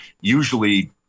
usually